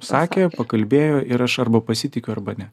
sakė pakalbėjo ir aš arba pasitikiu arba ne